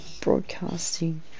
broadcasting